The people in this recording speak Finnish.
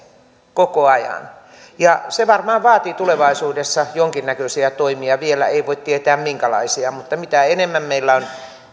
koko ajan ja ja se varmaan vaatii tulevaisuudessa jonkinnäköisiä toimia vielä ei voi tietää minkälaisia mutta mitä enemmän meillä on